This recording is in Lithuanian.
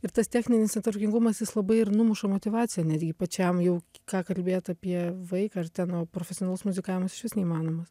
ir tas techninis netvarkingumas jis labai ir numuša motyvaciją netgi pačiam jau ką kalbėt apie vaiką ar ten o profesionalus muzikavimas išvis neįmanomas